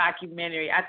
documentary